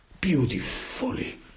beautifully